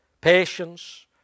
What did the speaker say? Patience